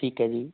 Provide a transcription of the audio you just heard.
ਠੀਕ ਹੈ ਜੀ